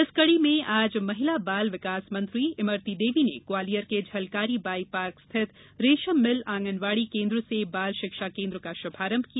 इस कड़ी में आज महिला बाल विकास मंत्री इमरती देवी ने ग्वालियर के झलकारी बाई पार्क स्थित रेशम मिल आंगनवाड़ी केन्द्र से बाल शिक्षा केन्द्र का शुभारंभ किया